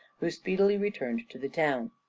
who speedily returned to the town.